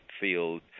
field